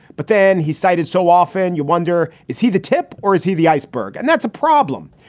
but then he cited so often you wonder, is he the tip? or is he the iceberg? and that's a problem.